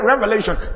revelation